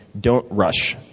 don't rush.